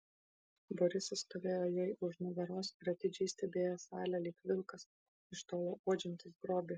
borisas stovėjo jai už nugaros ir atidžiai stebėjo salę lyg vilkas iš tolo uodžiantis grobį